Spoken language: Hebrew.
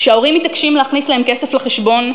כשההורים מתעקשים להכניס להם כסף לחשבון,